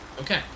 Okay